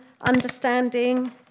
understanding